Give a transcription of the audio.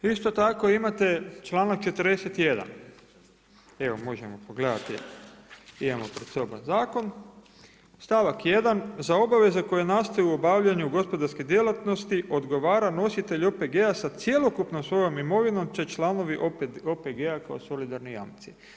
Isto tako imate članak 41. evo možemo pogledati imamo pred sobom zakon, stavak 1. za obaveze koje nastaju u obavljanju gospodarske djelatnosti odgovara nositelj OPG-a sa cjelokupnom svojom imovinom, te članovi OPG-a kao solidarni jamci.